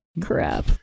Crap